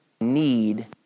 need